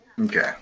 Okay